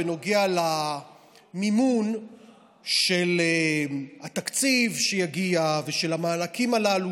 בנוגע למימון של התקציב שיגיע ושל המענקים הללו,